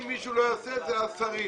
אם מישהו לא יעשה, אלה הם השרים.